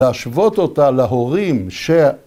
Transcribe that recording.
‫להשוות אותה להורים ש...